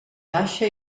baixa